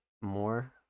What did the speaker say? more